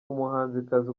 umuhanzikazi